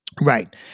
Right